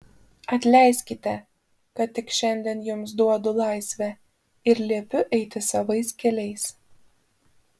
atleiskite kad tik šiandien jums duodu laisvę ir liepiu eiti savais keliais